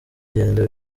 genda